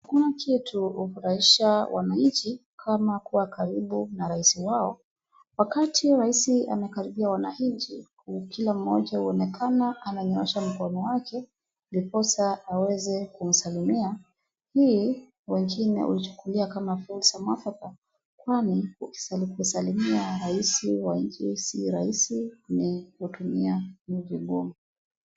Hakuna kitu hufurahisha wananchi kama kuwa karibu na rais wao. Wakati rais amekaribia wananchi kila moja huonekana ananyoosha mkono wake ndiposa aweze kumsalimia. Hii wengine huchukulia kama fursa mwafaka kwani ukisalimia rais wa nchi si rahisi ni kutumia ni vigumu.